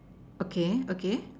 okay okay